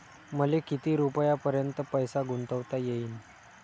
मले किती रुपयापर्यंत पैसा गुंतवता येईन?